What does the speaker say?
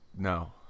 no